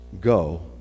go